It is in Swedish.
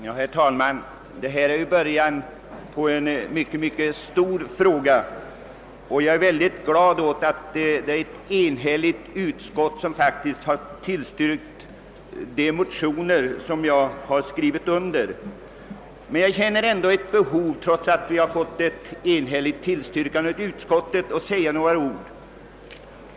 Herr talman! Detta är början på en synnerligen stor fråga, och jag är mycket glad åt att utskottet enhälligt har: tillstyrkt den motion som jag har skrivit under. Jag känner emellertid. ändå behov av — trots att vi har fått ett enhälligt tillstyrkande i utskottet — att säga några ord.